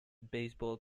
baseball